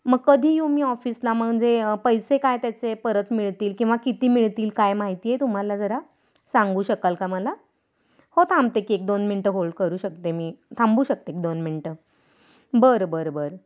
मग कधी येऊ मी ऑफिसला म्हणजे पैसे काय त्याचे परत मिळतील किंवा किती मिळतील काय माहिती आहे तुम्हाला जरा सांगू शकाल का मला हो थांबते की एक दोन मिनटं होल्ड करू शकते मी थांबू शकते एक दोन मिनटं बरं बरं बरं